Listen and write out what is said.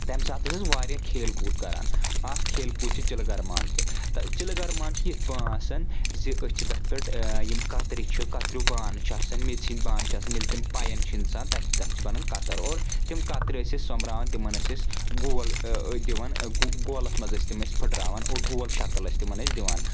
تمہِ ساتہٕ ٲسۍ أسۍ واریاہ کھیل کوٗد کرَان اکھ کھیل کوٗد چھِ چِلہٕ گَرمان تہِ چِلہٕ گرمان چھِ یِتھ پٲنٛٹھۍ آسَان زِ أسۍ چھِ تَتھ پؠٹھ یِم کَترِ چھِ کَترِیٚو بانہٕ چھِ آسَان میژِ ہِنٛدۍ بانہٕ چھِ آسَان ییٚلہِ تِم پَیَن چھِ اِنسان تتہِ تَتھ چھِ بنَان کَتٕر اور تِم کَترِ ٲسۍ أسۍ سۄمبران تِمَن ٲسۍ أسۍ گول دِوَان گولَس منٛز ٲسۍ تِم ٲسۍ پٕھٹراوان اور گول شَکٕل ٲسۍ تِمَن ٲسۍ دِوَان